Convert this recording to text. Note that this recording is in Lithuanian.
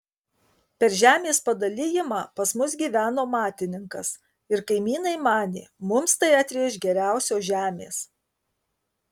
per žemės padalijimą pas mus gyveno matininkas ir kaimynai manė mums tai atrėš geriausios žemės